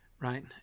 right